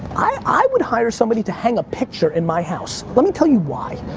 i would hire somebody to hang a picture in my house. let me tell you why.